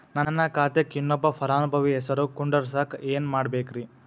ನನ್ನ ಖಾತೆಕ್ ಇನ್ನೊಬ್ಬ ಫಲಾನುಭವಿ ಹೆಸರು ಕುಂಡರಸಾಕ ಏನ್ ಮಾಡ್ಬೇಕ್ರಿ?